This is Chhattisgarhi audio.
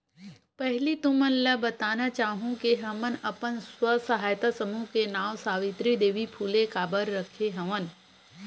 पहिली तुमन ल बताना चाहूँ के हमन अपन स्व सहायता समूह के नांव सावित्री देवी फूले काबर रखे हवन